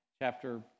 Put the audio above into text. chapter